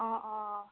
অঁ অঁ